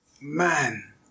man